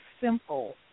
simple